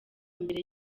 mbere